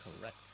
correct